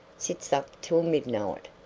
sits up till midnight.